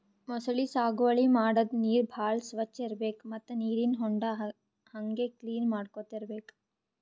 ಮೊಸಳಿ ಸಾಗುವಳಿ ಮಾಡದ್ದ್ ನೀರ್ ಭಾಳ್ ಸ್ವಚ್ಚ್ ಇರ್ಬೆಕ್ ಮತ್ತ್ ನೀರಿನ್ ಹೊಂಡಾ ಹಂಗೆ ಕ್ಲೀನ್ ಮಾಡ್ಕೊತ್ ಇರ್ಬೆಕ್